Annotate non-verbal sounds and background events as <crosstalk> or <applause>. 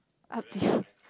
up to <breath>